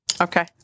Okay